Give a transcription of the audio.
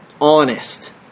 honest